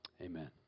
Amen